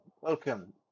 welcome